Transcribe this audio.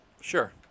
Sure